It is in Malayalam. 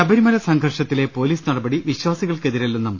ശബരിമല സംഘർഷത്തിലെ പോലീസ് നടപടി വിശ്വാസികൾക്ക് എതിരല്ലെന്നും